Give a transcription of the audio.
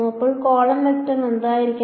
അപ്പോൾ column vector എന്തായിരിക്കണം